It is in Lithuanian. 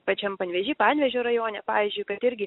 pačiam panevėžy panevėžio rajone pavyzdžiui kad irgi